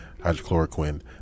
hydrochloroquine